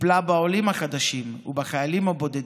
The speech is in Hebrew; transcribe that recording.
טיפלה בעולים החדשים ובחיילים הבודדים,